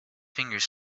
fingers